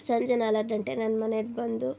ಸಂಜೆ ನಾಲ್ಕು ಗಂಟೆ ನಾನು ಮನೆಗೆ ಬಂದು